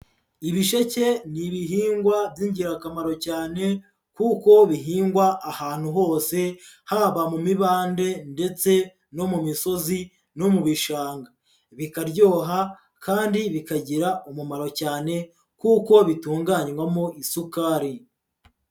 Ibisheke ni ibihingwa by'ingirakamaro cyane kuko bihingwa ahantu hose, haba mu mibande ndetse no mu misozi no mu bishanga, bikaryoha kandi bikagira umumaro cyane kuko bitunganywamo isukari.